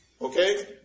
Okay